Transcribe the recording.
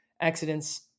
accidents